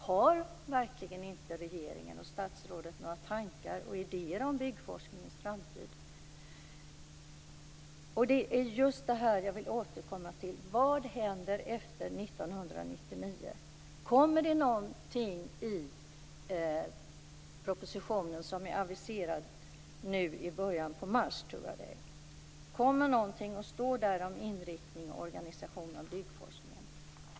Har verkligen inte regeringen och statsrådet några tankar och idéer om byggforskningens framtid? Det är just detta jag vill återkomma till. Vad händer efter 1999? Kommer det någonting i den proposition som jag tror är aviserad till början av mars? Kommer någonting att stå där om inriktning och organisation av byggforskningen?